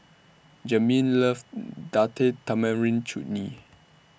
Jasmyn loves Date Tamarind Chutney